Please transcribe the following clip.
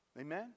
Amen